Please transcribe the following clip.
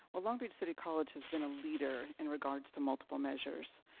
well long beach city college has been a leader in regards to multiple measures.